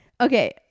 Okay